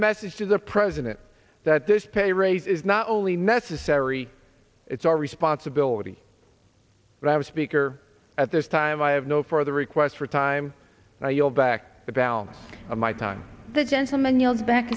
message to the president that this pay raise is not only necessary it's our responsibility but i was speaker at this time i have no further requests for time now you'll back the balance of my time the gentleman yield back